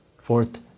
Fourth